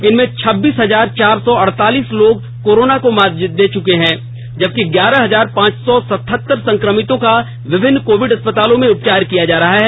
इनमें छब्बीस हजार चार सौ अड़तालीस लोग कोरोना को मात दे चुके हैं जबकि ग्यारह हजार पांच सौ सतहतर संक्रमितों का विभिन्न कोविड अस्पतालों में उपचार किया जा रहा है